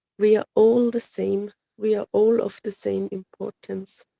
we are all the same, we are all of the same importance,